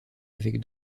avec